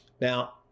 Now